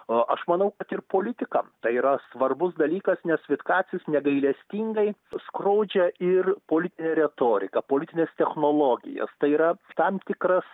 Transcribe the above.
o aš manau kad ir politikam tai yra svarbus dalykas nes vitkacis negailestingai skrodžia ir pulitinę retorika politines technologijas tai yra tam tikras